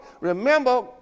Remember